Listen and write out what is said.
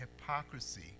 Hypocrisy